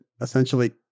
essentially